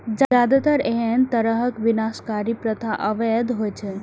जादेतर एहन तरहक विनाशकारी प्रथा अवैध होइ छै